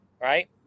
right